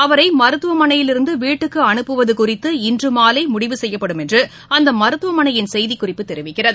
அவரைமர்த்துவமனையிலிருந்துவீட்டுக்குஅனுப்புவதுகுறித்து இன்றுமாலைமுடிவு செய்யப்படும் என்றுஅந்தமருத்துவமனையின் செய்திக்குறிப்பு தெரிவிக்கிறது